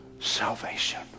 salvation